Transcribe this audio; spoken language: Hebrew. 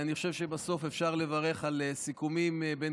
אני חושב שבסוף אפשר לברך על סיכומים בין